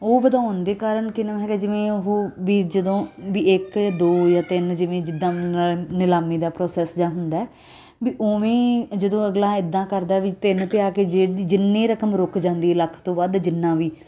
ਉਹ ਵਧਾਉਣ ਦੇ ਕਾਰਨ ਕਿੰਨਾ ਹੈਗਾ ਜਿਵੇਂ ਉਹ ਵੀ ਜਦੋਂ ਵੀ ਇੱਕ ਦੋ ਜਾਂ ਤਿੰਨ ਜਿਵੇਂ ਜਿੱਦਾਂ ਨ ਨਿਲਾਮੀ ਦਾ ਪ੍ਰੋਸੈਸ ਜਿਹਾ ਹੁੰਦਾ ਵੀ ਉਵੇਂ ਜਦੋਂ ਅਗਲਾ ਇੱਦਾਂ ਕਰਦਾ ਵੀ ਤਿੰਨ 'ਤੇ ਆ ਕੇ ਜੇ ਨੀ ਜਿੰਨੀ ਰਕਮ ਰੁੱਕ ਜਾਂਦੀ ਲੱਖ ਤੋਂ ਵੱਧ ਜਿੰਨਾ ਵੀ